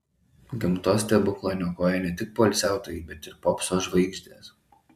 gamtos stebuklą niokoja ne tik poilsiautojai bet ir popso žvaigždės